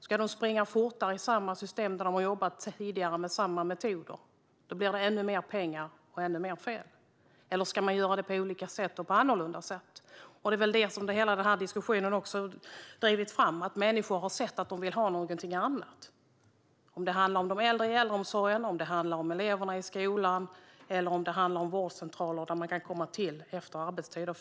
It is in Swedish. Ska de springa fortare i samma system som de har jobbat i tidigare, med samma metoder? Då blir det ännu mer pengar och ännu mer fel. Eller ska man göra det på olika och annorlunda sätt? Det är väl detta som hela denna diskussion drivit fram: att människor har sett att de vill ha något annat. Det kan handla om de äldre i äldreomsorgen, om eleverna i skolan eller om vårdcentraler dit man kan komma före och efter arbetstid.